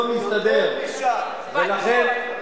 יש יותר מאצלכם.